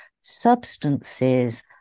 substances